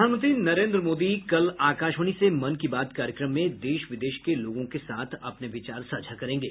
प्रधानमंत्री नरेन्द्र मोदी कल आकाशवाणी से मन की बात कार्यक्रम में देश विदेश के लोगों से अपने विचार साझा करेंगे